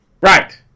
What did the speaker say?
Right